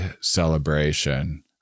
celebration